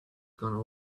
gonna